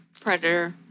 Predator